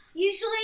Usually